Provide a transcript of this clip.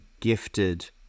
gifted